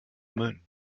moon